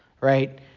Right